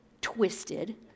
twisted